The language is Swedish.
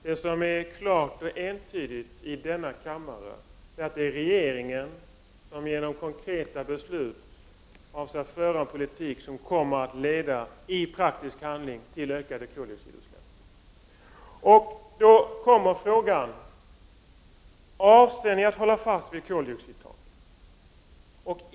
Det som är klart och entydigt i denna kammare är, att det är regeringen som med hjälp av konkreta beslut avser att föra en politik, som i praktisk handling kommer att leda till ökade koldioxidutsläpp. Avser regeringen att hålla fast vid koldioxidtaket?